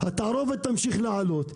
התערובת תמשיך לעלות,